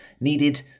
needed